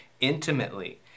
intimately